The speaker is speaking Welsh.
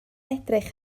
edrych